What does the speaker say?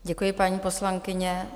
Děkuji, paní poslankyně.